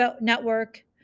network